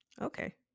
Okay